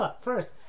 first